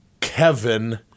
Kevin